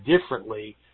differently